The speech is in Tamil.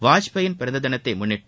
வாஜ்பேயின் பிறந்ததினத்தை முன்னிட்டு